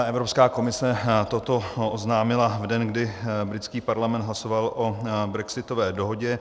Evropská komise toto oznámila v den, kdy britský parlament hlasoval o brexitové dohodě.